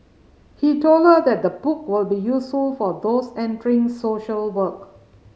he told her that the book will be useful for those entering social work